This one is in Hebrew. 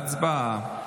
הצבעה.